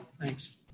Thanks